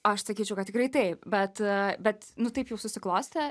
aš sakyčiau kad tikrai taip bet bet nu taip jau susiklostė